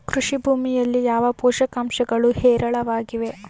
ಕೃಷಿ ಭೂಮಿಯಲ್ಲಿ ಯಾವ ಪೋಷಕಾಂಶಗಳು ಹೇರಳವಾಗಿವೆ?